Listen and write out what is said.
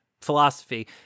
philosophy